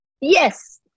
Yes